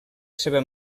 seva